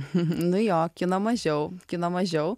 nu jo kino mažiau kino mažiau